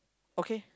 okay